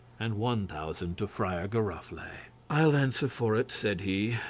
and one thousand to friar giroflee. i'll answer for it, said he,